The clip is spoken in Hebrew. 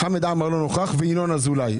חמד עמאר לא נכח בדיון, אבל אני כן נכחתי בדיון.